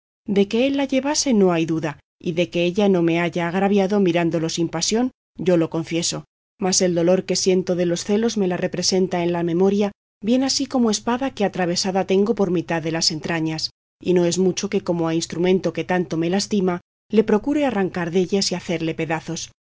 de que él la llevase no hay duda y de que ella no me haya agraviado mirándolo sin pasión yo lo confieso mas el dolor que siento de los celos me la representa en la memoria bien así como espada que atravesada tengo por mitad de las entrañas y no es mucho que como a instrumento que tanto me lastima le procure arrancar dellas y hacerle pedazos